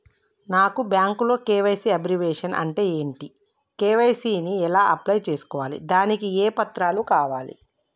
నాకు బ్యాంకులో KYC abbreviation అంటే ఏంటి కే.వై.సీ ని ఎలా అప్లై చేసుకోవాలి దానికి ఏ పత్రాలు కావాలి?